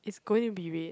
it's going to be red